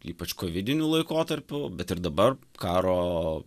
ypač vidinių laikotarpiu bet ir dabar karo